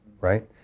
right